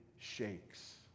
shakes